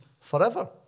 forever